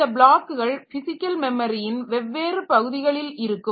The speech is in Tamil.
இந்த பிளாக்குகள் பிசிக்கல் மெமரியின் வெவ்வேறு பகுதிகளில் இருக்கும்